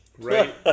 Right